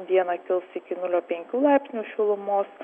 dieną kils iki nulio penkių laipsnių šilumos